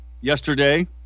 yesterday